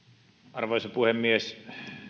arvoisa puhemies